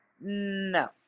No